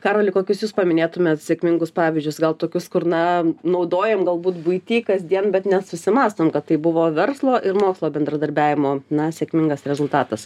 karoli kokius jūs paminėtumėt sėkmingus pavyzdžius gal tokius kur na naudojam galbūt buity kasdien bet nesusimąstom kad tai buvo verslo ir mokslo bendradarbiavimo na sėkmingas rezultatas